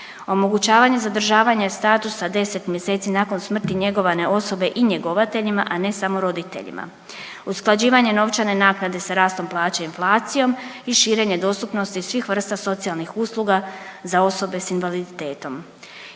omogućavanje zadržavanja statusa 10 mjeseci nakon smrti njegovane osobe i njegovateljima, a ne samo roditeljima, usklađivanje novčane naknade sa rastom plaća i inflacijom i širenje dostupnosti svih vrsta socijalnih usluga za osobe s invaliditetom.